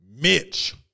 Mitch